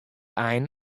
ein